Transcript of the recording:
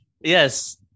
Yes